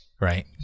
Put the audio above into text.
right